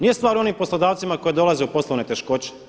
Nije stvar u onim poslodavcima koji dolaze u poslovne teškoće.